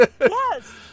Yes